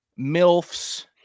milfs